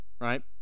right